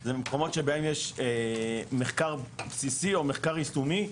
- אלה מקומות שיש בהם מחקר בסיסי או מחקר יישומי,